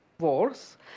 Wars